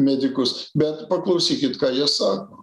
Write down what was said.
medikus bet paklausykit ką jie sako